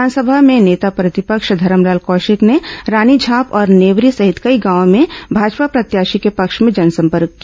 विधानसभा में नेता प्रतिपक्ष धरमलाल कौशिक ने रानीझाप और नेवरी सहित कई गांवो में भाजपा प्रत्याशी के पक्ष में जनसंपर्क किया